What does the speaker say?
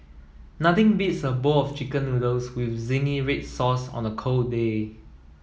nothing beats a bowl of chicken noodles with zingy red sauce on a cold day